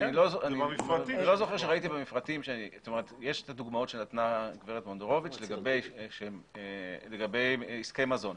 יש את הדוגמאות שנתנה גברת מונדרוביץ לגבי עסקי מזון.